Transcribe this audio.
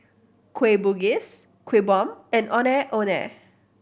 Kueh Bugis Kuih Bom and Ondeh Ondeh